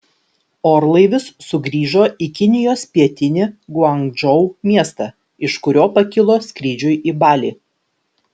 orlaivis sugrįžo į kinijos pietinį guangdžou miestą iš kurio pakilo skrydžiui į balį